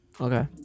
Okay